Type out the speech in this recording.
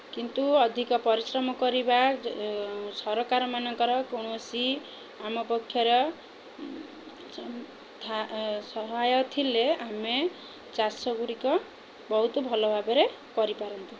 କିନ୍ତୁ ଅଧିକ ପରିଶ୍ରମ କରିବା ସରକାରମାନଙ୍କର କୌଣସି ଆମ ପକ୍ଷର ସହାୟ ଥିଲେ ଆମେ ଚାଷଗୁଡ଼ିକ ବହୁତ ଭଲ ଭାବରେ କରିପାରନ୍ତୁ